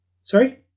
Sorry